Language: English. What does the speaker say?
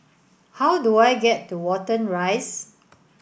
how do I get to Watten Rise